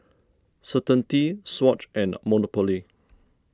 Certainty Swatch and Monopoly